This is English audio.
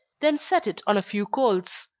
then set it on a few coals.